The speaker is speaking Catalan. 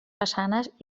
façanes